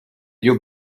you